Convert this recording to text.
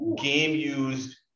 game-used